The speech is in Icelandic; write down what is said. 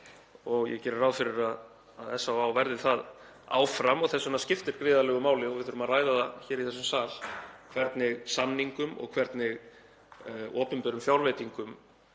og ég geri ráð fyrir að SÁÁ verði það áfram og þess vegna skiptir gríðarlegu máli og við þurfum að ræða það hér í þessum sal hvernig samningum og hvernig opinberum fjárveitingum